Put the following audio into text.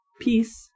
peace